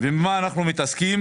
ובמה אנחנו מתעסקים?